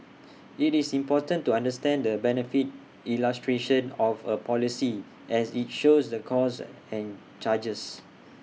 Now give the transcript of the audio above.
IT is important to understand the benefit illustration of A policy as IT shows the costs and charges